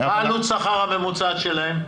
מה עלות השכר הממוצע שלהם?